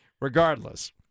Regardless